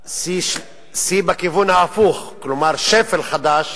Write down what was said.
שיא בכיוון ההפוך, כלומר שפל חדש.